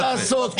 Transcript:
מה לעשות,